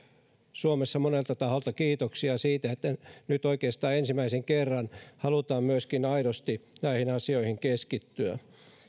suomessa jo monelta taholta kiitoksia siitä että nyt oikeastaan ensimmäisen kerran halutaan aidosti myöskin näihin asioihin keskittyä